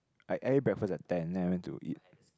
like I ate breakfast at ten then I went to eat